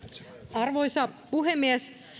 arvoisa puhemies